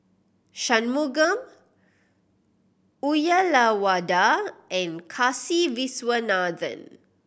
Shunmugam Uyyalawada and Kasiviswanathan